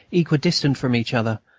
equidistant from each other,